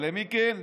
אבל למי כן?